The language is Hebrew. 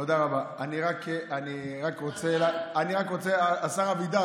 טוב, אני מבין שהשר אלי אבידר